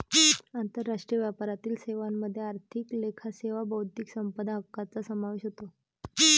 आंतरराष्ट्रीय व्यापारातील सेवांमध्ये आर्थिक लेखा सेवा बौद्धिक संपदा हक्कांचा समावेश होतो